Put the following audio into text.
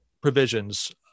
provisions